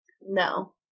No